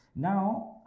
Now